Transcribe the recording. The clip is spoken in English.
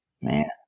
Man